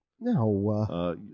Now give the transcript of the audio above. no